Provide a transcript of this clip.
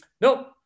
nope